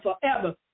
forever